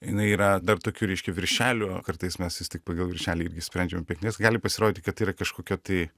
jinai yra dar tokių reiškia viršelių kartais mes vis tik pagal viršelį irgi sprendžiam apie knygas gali pasirodyti kad tai yra kažkokia tai